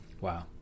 Wow